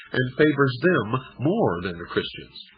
and favors them more than the christians.